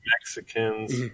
Mexicans